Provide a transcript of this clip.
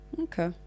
Okay